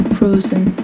Frozen